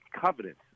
covenant